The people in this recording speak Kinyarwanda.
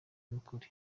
n’ukuri